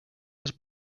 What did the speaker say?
was